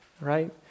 right